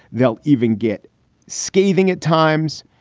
they'll even get scathing at times.